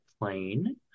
Plain